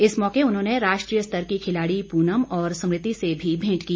इस मौके उन्होंने राष्ट्रीय स्तर की खिलाड़ी पूनम और स्मृति से भी भेंट की